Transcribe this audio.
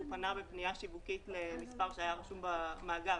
שהוא פנה בפניה שיווקית למספר שהיה רשום במאגר,